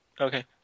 Okay